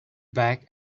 back